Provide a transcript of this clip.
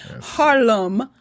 Harlem